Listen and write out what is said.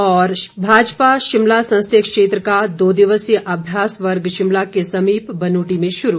और भाजपा शिमला संसदीय क्षेत्र का दो दिवसीय अभ्यास वर्ग शिमला के समीप बनूटी में शुरू